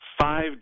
five